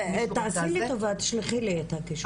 תעשי לי טובה, תשלחי לי את הקישור.